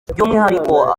by’umwihariko